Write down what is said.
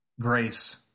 grace